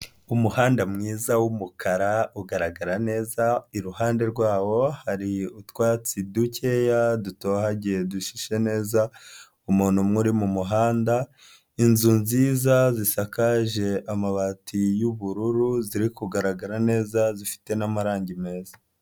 Umuhanda mwiza w'umukara ugaragara neza, iruhande rwawo hari utwatsi dukeya dutohagiye dushishe neza umuntu umwe uri mu muhanda, inzu nziza zitakaje amabati y'ubururu ziri kugaragara neza zifite n'amarangi meza.